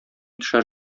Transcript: төшәр